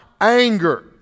Anger